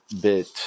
bit